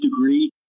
degree